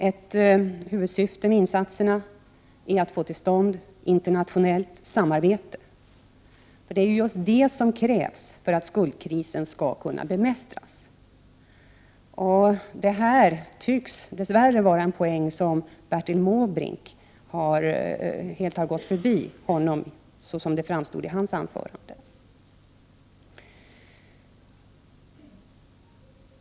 Ett huvudsyfte med insatserna är att få till stånd internationellt samarbete, för det är just det som krävs för att skuldkrisen skall kunna bemästras. Detta tycks dess värre vara en poäng som helt har gått Bertil Måbrink förbi, så som det framstod i hans anförande.